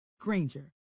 Granger